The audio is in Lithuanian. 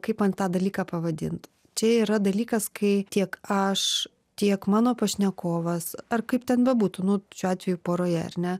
kaip man tą dalyką pavadint čia yra dalykas kai tiek aš tiek mano pašnekovas ar kaip ten bebūtų nu šiuo atveju poroje ar ne